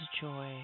joy